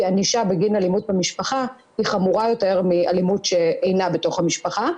ענישה בגין אלימות במשפחה היא חמורה יותר מאלימות שאינה בתוך המשפחה.